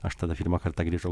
aš tada pirmą kartą grįžau